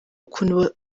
ukuntu